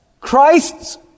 Christ's